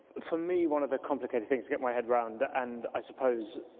for me, one of the complicated things get my head around and, i suppose,